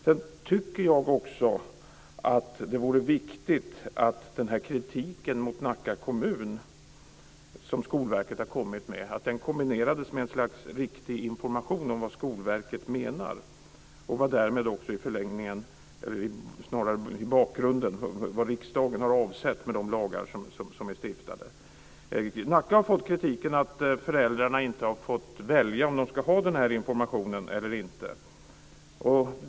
Sedan tycker jag också att det är viktigt att den kritik mot Nacka kommun som Skolverket har kommit med kombineras med ett slags riktig information om vad Skolverket menar och därmed också, i bakgrunden, om vad riksdagen har avsett med de lagar som är stiftade. Nacka har fått kritiken att föräldrarna inte har fått välja om de ska ha denna information eller inte.